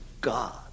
God